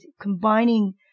combining